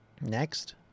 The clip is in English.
Next